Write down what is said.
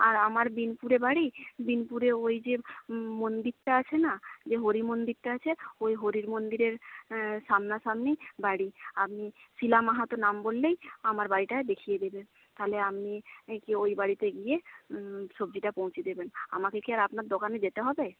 আর আমার বিনপুরে বাড়ি বিনপুরে ওই যে মন্দিরটা আছে না যে হরি মন্দিরটা আছে ওই হরির মন্দিরের সামনাসামনি বাড়ি আপনি শীলা মাহাতো নাম বললেই আমার বাড়িটা দেখিয়ে দেবে তাহলে আমি কি ওই বাড়িতে গিয়ে সবজিটা পৌঁছে দেবেন আমাকে কি আর আপনার দোকানে যেতে হবে